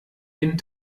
den